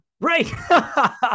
Right